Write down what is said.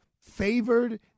favored